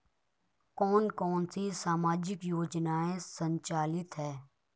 कौन कौनसी सामाजिक योजनाएँ संचालित है?